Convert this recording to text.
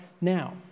now